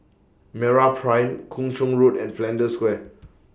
Meraprime Kung Chong Road and Flanders Square